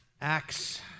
Acts